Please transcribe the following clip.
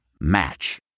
Match